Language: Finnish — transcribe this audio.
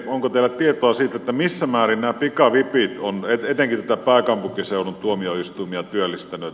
onko teillä tietoa siitä missä määrin nämä pikavipit ovat etenkin pääkaupunkiseudun tuomioistuimia työllistäneet